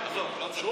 אין לי שום